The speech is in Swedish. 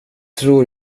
tror